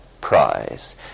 prize